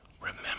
Remember